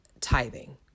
tithing